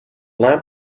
lamp